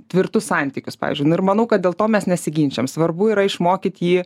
tvirtus santykius pavyzdžiui ir manau kad dėl to mes nesiginčijam svarbu yra išmokyt jį